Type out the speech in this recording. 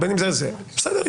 בסדר,